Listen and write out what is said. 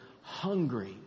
hungry